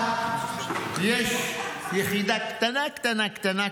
סמח"ט, יש יחידה קטנה, קטנה, קטנה.